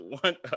one